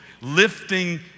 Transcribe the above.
lifting